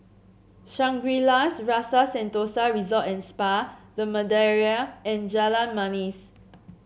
Shangri La's Rasa Sentosa Resort and Spa The Madeira and Jalan Manis